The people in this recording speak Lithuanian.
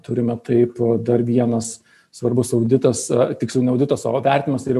turime taip dar vienas svarbus auditas tiksliau ne auditas o vertinimas tai yra